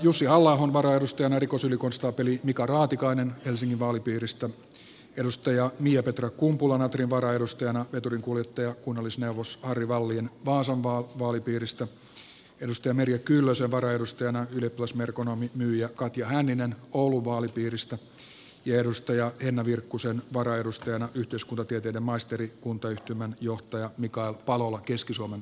jussi halla ahon varaedustajana rikosylikonstaapeli mika raatikainen helsingin vaalipiiristä miapetra kumpula natrin varaedustajana veturinkuljettaja kunnallisneuvos harry wallin vaasan vaalipiiristä merja kyllösen varaedustajana ylioppilasmerkonomi myyjä katja hänninen oulun vaalipiiristä ja henna virkkusen varaedustajana yhteiskuntatieteiden maisteri kuntayhtymän johtaja mikael palola keski suomen vaalipiiristä